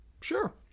Sure